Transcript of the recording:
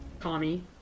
Tommy